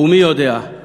ומי יודע אם